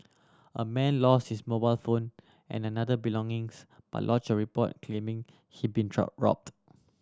a man lost his mobile phone and another belongings but lodged a report claiming he'd been robbed